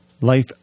life